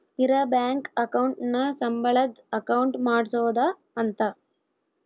ಇರ bank account ನ ಸಂಬಳದ್ ಅಕೌಂಟ್ ಮಾಡ್ಸೋದ ಅಂತ